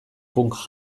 punk